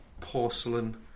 porcelain